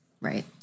Right